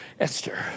Esther